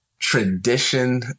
tradition